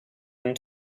and